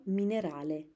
minerale